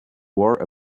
wore